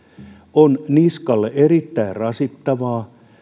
on niskalle erittäin rasittavaa